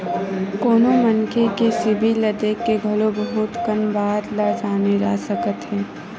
कोनो मनखे के सिबिल ल देख के घलो बहुत कन बात ल जाने जा सकत हे